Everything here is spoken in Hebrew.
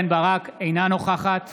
אינה נוכחת